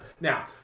now